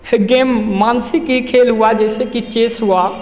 है गेम मानसिक के खेल हुआ जैसे की चेस हुआ